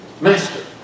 master